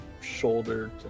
shoulder